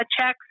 checks